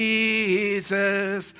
Jesus